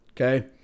Okay